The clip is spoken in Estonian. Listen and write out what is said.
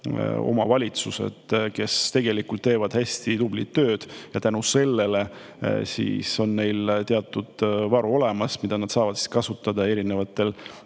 omavalitsused, kes tegelikult teevad hästi tublit tööd – tänu sellele on neil teatud varu olemas, mida nad saavad kasutada erinevatel